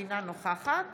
אינה נוכחת